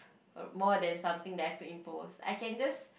more than something that I have to impose I can just